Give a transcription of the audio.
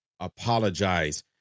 apologize